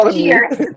Cheers